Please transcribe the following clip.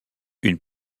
une